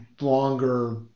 longer